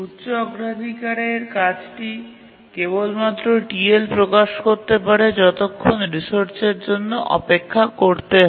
উচ্চ অগ্রাধিকারের কাজটি কেবলমাত্র TL প্রকাশ করতে পারে যতক্ষণ রিসোর্সের জন্য অপেক্ষা করতে হয়